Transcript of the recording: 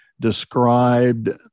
described